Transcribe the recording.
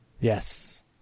Yes